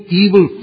evil